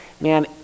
man